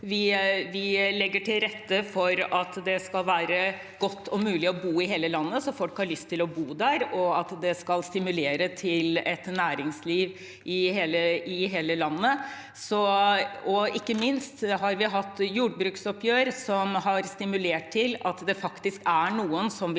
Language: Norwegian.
Vi legger til rette for at det skal være godt og mulig å bo i hele landet, slik at folk har lyst til å bo der, og at det stimuleres til et næringsliv i hele landet. Og ikke minst har vi hatt et jordbruksoppgjør som har stimulert til at det faktisk er noen som vil